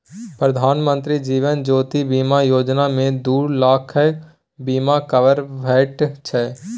प्रधानमंत्री जीबन ज्योती बीमा योजना मे दु लाखक बीमा कबर भेटै छै